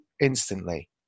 instantly